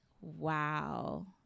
wow